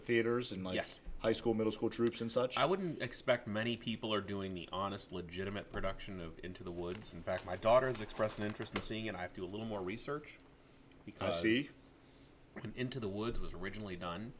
to theaters and i guess high school middle school troops and such i wouldn't expect many people are doing the honest legitimate production of into the woods in fact my daughter has expressed an interest in seeing and i feel a little more research because i see into the woods was originally done